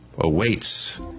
awaits